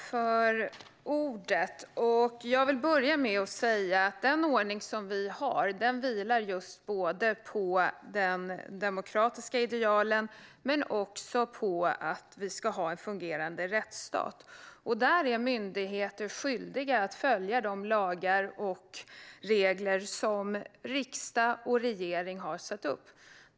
Fru talman! Den ordning vi har vilar både på de demokratiska idealen och på att vi ska ha en fungerande rättsstat. Myndigheter är skyldiga att följa de lagar och regler som riksdag och regering har satt upp.